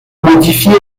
modifié